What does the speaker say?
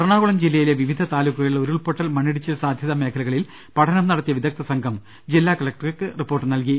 എറണാകുളം ജില്ലയിലെ വിവിധ താലൂക്കുകളിലെ ഉരുൾപ്പൊ ട്ടൽ മണ്ണിടിച്ചിൽ സാധ്യതാ മേഖലകളിൽ പഠനം നടത്തിയ വിദഗ്ധ സംഘം ജില്ലാ കലക്ടർക്ക് റിപ്പോർട്ട് നൽകി